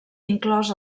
inclòs